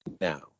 Now